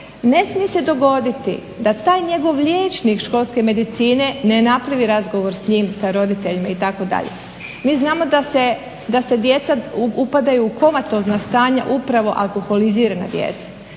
ne smije se dogoditi da taj njegov liječnik školske medicine ne napravi razgovor s njim, sa roditeljima itd. Mi znamo da se djeca, upadaju u komatozna stanja upravo alkoholiziran djeca.